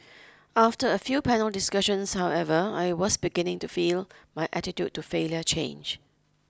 after a few panel discussions however I was beginning to feel my attitude to failure change